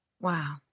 Wow